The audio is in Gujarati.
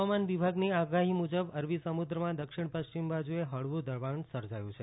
હવામાન વિભાગની આગાહી મુજબ અરબી સમુદ્રમાં દક્ષિણ પશ્ચિમ બાજુએ હળવું દબાણ સર્જાયું છે